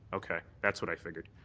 okay. that's what i figured.